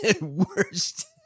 Worst